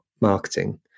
marketing